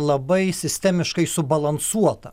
labai sistemiškai subalansuota